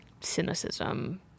cynicism